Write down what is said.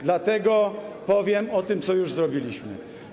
Dlatego powiem o tym, co już zrobiliśmy.